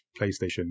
PlayStation